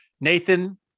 Nathan